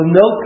no